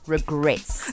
Regrets